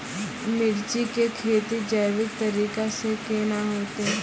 मिर्ची की खेती जैविक तरीका से के ना होते?